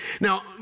Now